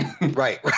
Right